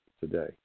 today